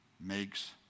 makes